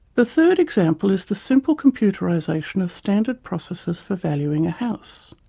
the third example is the simple computerisation of standard processes for valuing a house.